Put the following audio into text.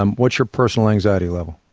um what's your personal anxiety level?